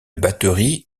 batterie